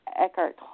Eckhart